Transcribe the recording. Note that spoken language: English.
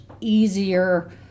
easier